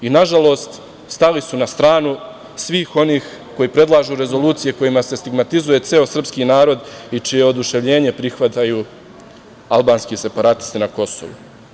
Nažalost, stali su na stranu svih onih koji predlažu rezolucije kojima se stigmatizuje ceo srpski narod i čije oduševljenje prihvataju albanski separatisti na Kosovu.